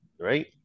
right